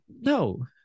no